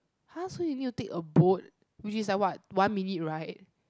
ah so you need to take a boat which is like what one minute ride